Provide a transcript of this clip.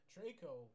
Draco